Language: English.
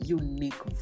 unique